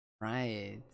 Right